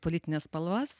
politines spalvas